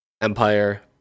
Empire